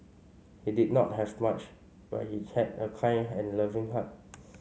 he did not have much but he had a kind hand loving heart